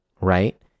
Right